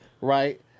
Right